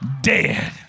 Dead